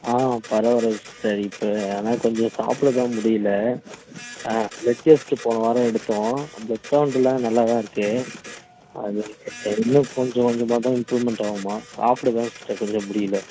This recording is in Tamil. ஆ பரவாயில்ல சிஸ்டர் இப்போ ஆனால் கொஞ்சம் சாப்பிட தான் முடியல பிளட் டெஸ்ட் போன வாரம் எடுத்தோம் பிளட் கவுண்ட்டெலாம் நல்லா தான் இருக்குது அது மாதிரி இன்னும் கொஞ்சம் கொஞ்சமாக தான் இம்ப்ரூவ்மெண்ட் ஆகுமா சாப்பிட சிஸ்டர் தான் கொஞ்சம் முடியல